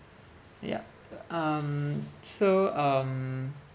yup um so um